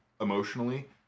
emotionally